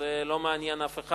וזה לא מעניין אף אחד.